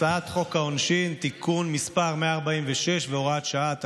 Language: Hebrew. הצעת חוק העונשין (תיקון מס׳ 146 והוראת שעה),